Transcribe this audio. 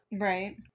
Right